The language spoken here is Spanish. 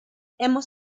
hemos